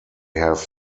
have